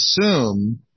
assume